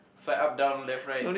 fly up down left right